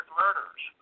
murders